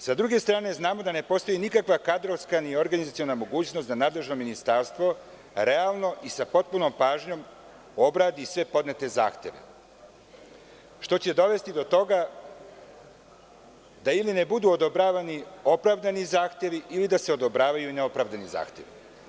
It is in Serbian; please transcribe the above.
Sa druge strane znamo da ne postoji nikakva kadrovska i organizaciona mogućnost da nadležno ministarstvo realno i sa potpunom pažnjom, obradi sve podnete zahteve, što će dovesti do toga, da ili ne budu odobravani opravdani zahtevi ili da se opravdavaju ne opravdani zahtevi.